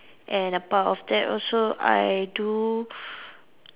and apart of that also I do